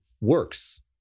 works